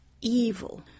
evil